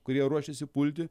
kurie ruošiasi pulti